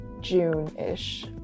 June-ish